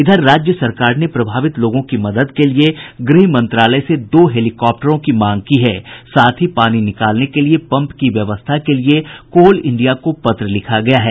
इधर राज्य सरकार ने प्रभावित लोगों की मदद के लिए गृह मंत्रालय से दो हेलीकॉटर की मांग की है साथ ही पानी निकालने के लिए पम्प की व्यवस्था के लिए कोल इंडिया को पत्र लिखा गया है